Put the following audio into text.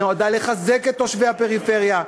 נועדה לחזק את תושבי הפריפריה,